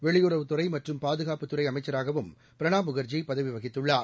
வெளியுறவுத்துறை மற்றும் பாதுகாப்புத்துறை அமைச்சராகவும் பிரணாப் முகர்ஜி பதவி வகித்துள்ளார்